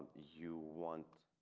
you want.